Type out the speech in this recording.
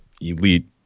elite